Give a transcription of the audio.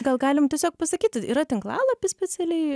gal galim tiesiog pasakyti yra tinklalapis specialiai